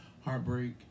heartbreak